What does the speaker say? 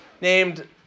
named